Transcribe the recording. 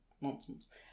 nonsense